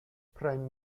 prime